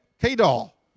K-Doll